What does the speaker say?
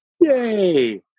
yay